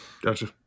gotcha